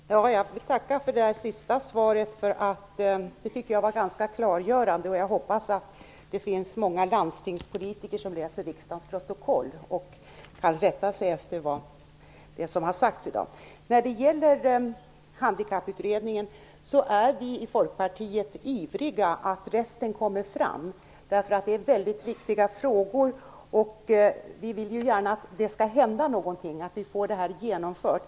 Herr talman! Jag får tacka för det sista svaret. Jag tycker att det var ganska klargörande. Jag hoppas att det finns många landstingspolitiker som läser riksdagens protokoll och kan rätta sig efter vad som har sagts i dag. När det gäller Handikapputredningen är vi i Folkpartiet ivriga att resten av förslagen kommer fram. Det är väldigt viktiga frågor, och vi vill ju gärna att det skall hända någonting så att vi får detta genomfört.